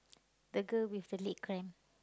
the girl with the leg cramp